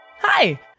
Hi